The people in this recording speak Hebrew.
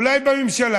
אולי בממשלה,